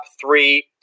three